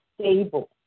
stable